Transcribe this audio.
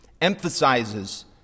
emphasizes